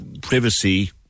privacy